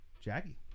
Jackie